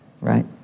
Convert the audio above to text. right